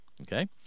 okay